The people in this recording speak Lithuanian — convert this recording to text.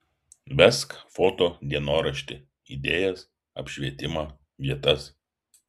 vesk foto dienoraštį idėjas apšvietimą vietas